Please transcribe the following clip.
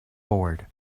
board